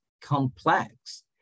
complex